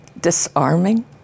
disarming